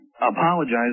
apologize